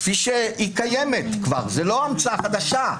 כפי שהיא קיימת כבר וזאת לא המצאה חדשה,